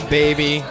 baby